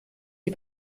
die